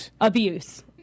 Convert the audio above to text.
Abuse